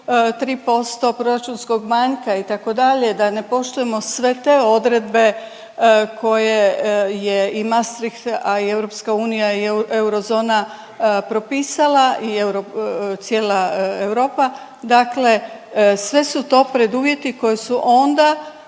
3% proračunskog manjka itd., da ne poštujemo sve te odredbe koje je i Maastricht, a i EU i eurozona propisala i euro, cijela Europa, dakle sve su to preduvjeti koji su onda